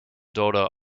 daughter